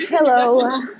Hello